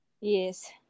Yes